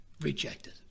rejected